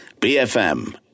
BFM